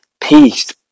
Peace